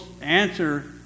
answer